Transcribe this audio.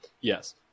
yes